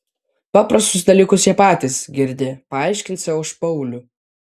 paprastus dalykus jie patys girdi paaiškinsią už paulių